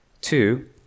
Two